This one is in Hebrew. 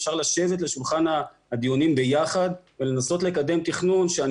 אפשר לשבת לשולחן הדיונים ביחד ולנסות לקדם תכנון שאני